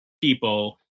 people